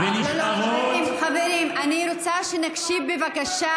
קרעי, בבקשה.